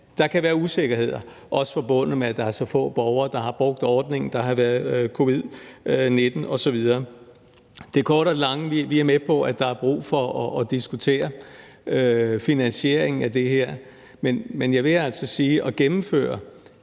der kan være usikkerheder forbundet med, at der er så få borgere, der har brugt ordningen, fordi der har været covid-19 osv. Det korte af det lange er, at vi er med på, at der er brug for at diskutere en finansiering af det her, men jeg vil altså også sige,